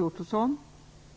tjänster?